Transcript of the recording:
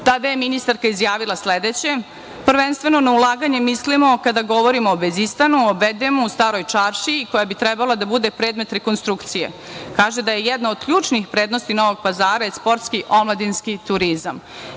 je ministarka izjavila sledeće – prvenstveno na ulaganje mislimo kada govorimo o „Bezistanu“, „Staroj Čaršiji“, koja bi trebala da bude predmet rekonstrukcije. Kaže da je jedna od ključnih prednosti na Novog Pazara je sportski omladinski turizam. Ja